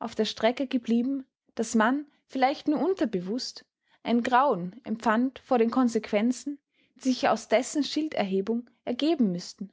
auf der strecke geblieben daß man vielleicht nur unterbewußt ein grauen empfand vor den konsequenzen die sich aus dessen schilderhebung ergeben müßten